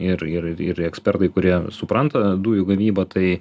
ir ir ir ekspertai kurie supranta dujų gavybą tai